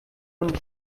und